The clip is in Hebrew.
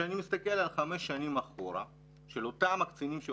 ואני מדבר רק על הקצינים,